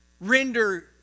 render